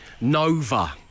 Nova